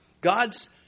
God's